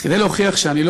אז כדי להוכיח שאני לא,